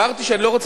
הפסקתי.